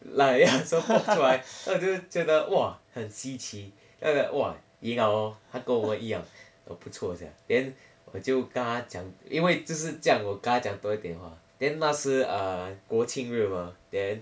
like ya 全部都出来 then 我就觉得哇很稀奇 then I was like 哇赢了咯他跟我们一样不错 sia then 我就跟他讲因为就是这样我跟他讲多一点话 then 那时 err 国庆日吗 then